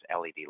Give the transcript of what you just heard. LED